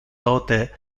tote